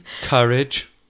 Courage